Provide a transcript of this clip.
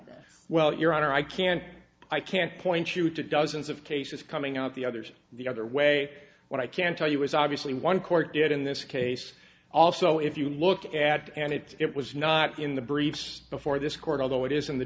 this well your honor i can't i can't point you to dozens of cases coming up the others the other way what i can tell you is obviously one court did in this case also if you look at and it's it was not in the briefs before this court although it is in the